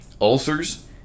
ulcers